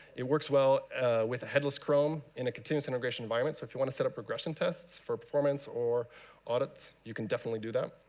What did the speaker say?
it works well with a headless chrome in a continuous integration environment. so if you want to set up progression tests for performance or audits, you can definitely do that.